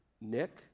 Nick